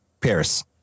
Paris